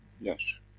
Yes